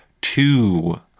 two